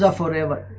ah toilet